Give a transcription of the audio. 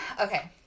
okay